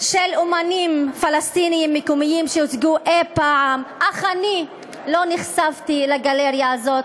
של אמנים פלסטינים מקומיים שהוצגו אי-פעם אך הגלריה הזאת